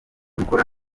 mukora